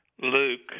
Luke